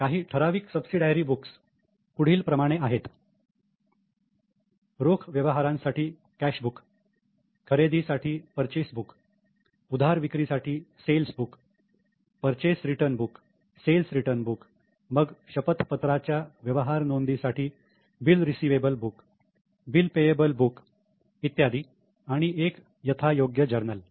काही ठराविक subsidiary books पुढील प्रमाणे आहेत रोख व्यवहारांसाठी कॅश बुक खरेदीसाठी परचेस बुक उधार विक्री साठी sales book purchase return book sales return book मग शपथपत्राच्या व्यवहार नोंदी साठी bill receivable book bill payable book इत्यादी आणि एक यथायोग्य जर्नल